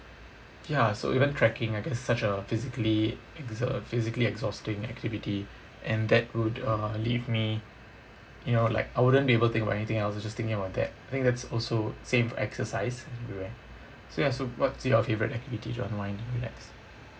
ya so even trekking I guess such a physically exert~ physically exhausting activity and that would uh leave me you know like I wouldn't be able to think about anything else just thinking about that think that's also same for exercise everywhere so ya so what's your favourite activity to unwind and relax